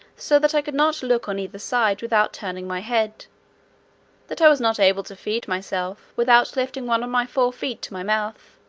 so that i could not look on either side without turning my head that i was not able to feed myself, without lifting one of my fore-feet to my mouth